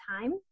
time